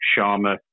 Sharma